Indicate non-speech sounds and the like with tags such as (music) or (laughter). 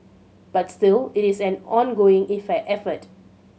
but still it is an ongoing (unintelligible) effort